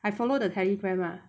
I follow the Telegram lah